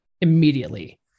immediately